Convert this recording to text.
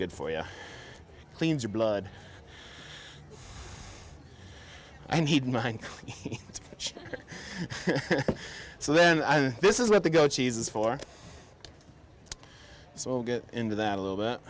good for you cleans your blood i need mine so then this is what the goat cheese is for so we'll get into that a little bit